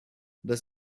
das